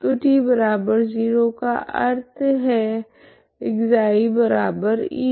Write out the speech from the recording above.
तो t0 का अर्थ है ξη